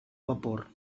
vapor